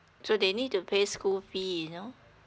so they need to pay school fee you know